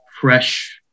fresh